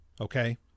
okay